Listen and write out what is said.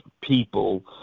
people